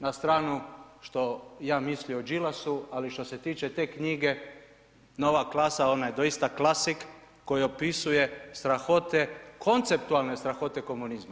Na stranu što ja mislio o Đilasu ali što se tiče te knjige, nova klasa ona je doista klasik koja opisuje strahote, konceptualne strahote komunizma.